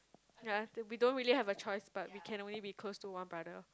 ya we don't really have a choice but we can only be close to one brother